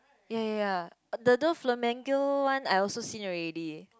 ya ya ya the~ those flamingo one I also seen already